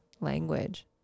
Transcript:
language